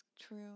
True